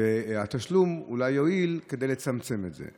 והתשלום אולי יועיל כדי לצמצם את זה.